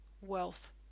wealth